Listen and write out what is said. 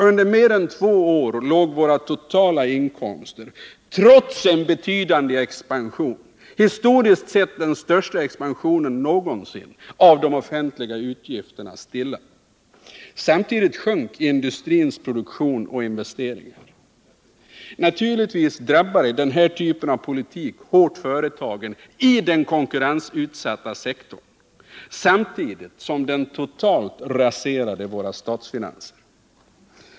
Under mer än två år låg våra totala inkomster stilla, trots en betydande expansion av de offentliga utgifterna— historiskt sett den största expansionen någonsin. Samtidigt sjönk industrins produktion och investeringar. Naturligtvis drabbade denna typ av politik hårt företagen i den konkurrensutsatta sektorn, samtidigt som den totalt raserade våra statsfinanser.